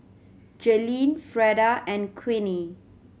Jaylynn Freda and Queenie